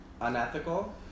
unethical